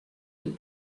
and